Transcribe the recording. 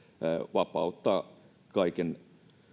vapauttaa kaiken